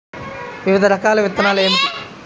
వివిధ రకాల విత్తనాలు ఏమిటి?